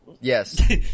Yes